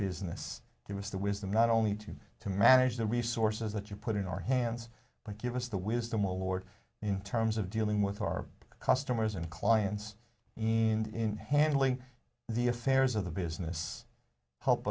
business give us the wisdom not only to you to manage the resources that you put in our hands but give us the wisdom award in terms of dealing with our customers and clients ened in handling the affairs of the business help